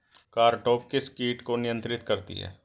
Cartap किस किट को नियंत्रित करती है?